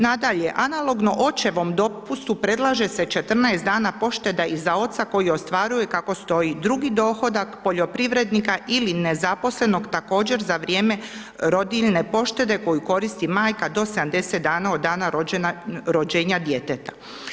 Nadalje, analogno očevom dopustu predlaže se 14 dana pošteda i za oca koji ostvaruje kako stoji drugi dohodak poljoprivrednika ili nezaposlenog također za vrijeme rodiljne poštede koju koristi majka do 70 dana od dana rođenja djeteta.